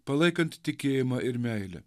palaikant tikėjimą ir meilę